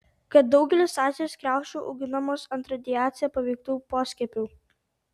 kad daugelis azijos kriaušių auginamos ant radiacija paveiktų poskiepių